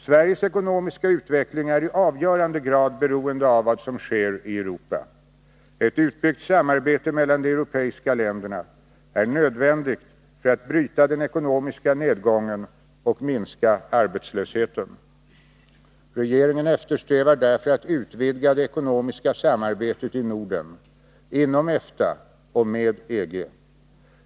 Sveriges ekonomiska utveckling är i avgörande grad beroende av vad som sker i Europa. Ett utbyggt samarbete mellan de europeiska länderna är nödvändigt för att bryta den ekonomiska nedgången och minska arbetslösheten. Regeringen eftersträvar därför att utvidga det ekonomiska samarbetet i Norden, inom EFTA och med EG.